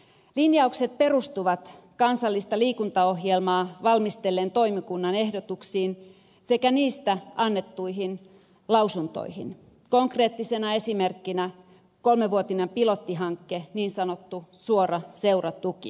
linjaukset perustuvat kansallista liikuntaohjelmaa valmistelleen toimikunnan ehdotuksiin sekä niistä annettuihin lausuntoihin konkreettisena esimerkkinä kolmevuotinen pilottihanke niin sanottu suora seuratuki